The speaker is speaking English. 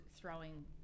throwing